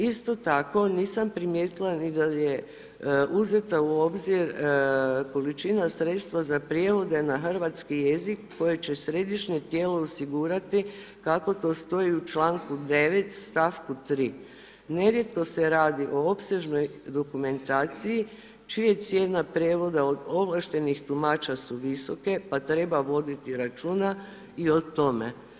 Isto tako nisam primijetila ni da je uzeta u obzir količina sredstva za prijevode na hrvatski jezik, koji će središnje tijelo osigurati kako to stoji u čl. 9. stavku 3. Nerijetko se radi o opsežnoj dokumentaciji čija cijena prijevoda od ovlaštena tumača su visoke pa treba voditi računa i o tome.